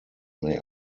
may